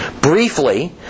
Briefly